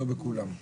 לא בכולם.